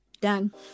Done